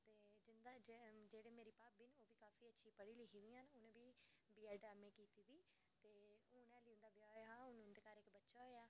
ते जेह्की मेरी भाभी न ओह् अच्छी पढ़ी लिखी दियां न ते बीएड एमए कीती दी ते उंदा जेल्लै ब्याह होआ ते हून उंदे इक्क बच्चा होआ